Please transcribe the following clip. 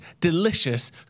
delicious